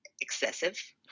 excessive